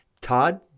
Todd